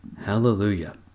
Hallelujah